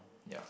ya